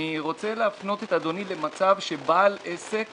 אני רוצה להפנות את אדוני למצב שבעל עסק